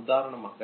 உதாரணமாக